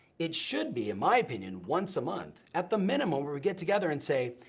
it should be, in my opinion, once a month, at the minimum, where we get together and say,